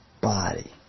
body